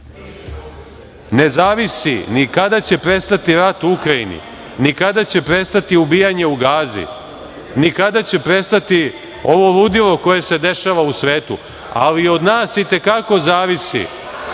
ne zavisi ni kada će prestati rat u Ukrajini, ni kada će prestati ubijanje u Gazi, ni kada će prestati ovo ludilo koje se dešava u svetu. Ali, od nas i te kako zavisi